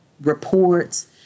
reports